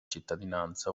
cittadinanza